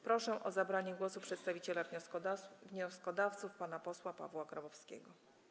Proszę o zabranie głosu przedstawiciela wnioskodawców pana posła Pawła Grabowskiego.